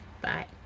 Bye